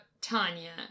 Tanya